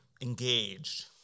engaged